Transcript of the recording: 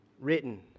written